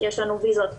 יש לנו ויזות ב'1,